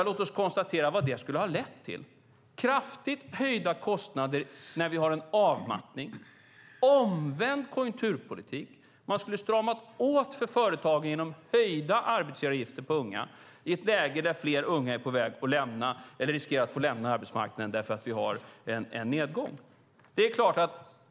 Låt oss konstatera vad det skulle ha lett till, nämligen kraftigt höjda kostnader när vi har en avmattning, omvänd konjunkturpolitik. Man skulle stramat åt för företagen genom höjda arbetsgivaravgifter på unga, detta i ett läge när fler unga är på väg att lämna eller riskerar att få lämna arbetsmarknaden eftersom vi har en nedgång.